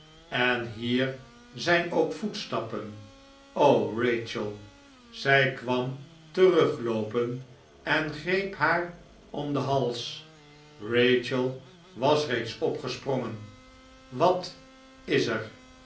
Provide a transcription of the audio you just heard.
en hier zijn ook voetstappen rachel zij kwam terugloopen en greep haar om den hals rachel was reeds opgesprongen wat is er